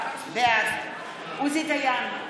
בעד עוזי דיין,